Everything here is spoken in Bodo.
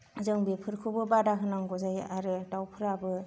जों बेफोरखौबो बादा होनांगौ जायो आरो दाउफोराबो